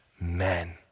men